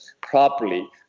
properly